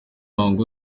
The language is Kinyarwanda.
muhango